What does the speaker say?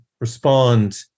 respond